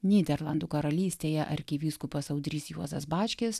nyderlandų karalystėje arkivyskupas audrys juozas bačkis